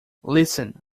listen